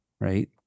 right